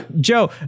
Joe